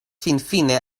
finfine